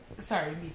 Sorry